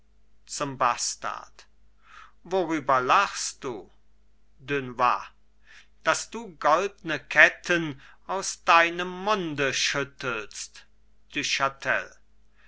zum bastard worüber lachst du dunois daß du goldne ketten aus deinem munde schüttelst du chatel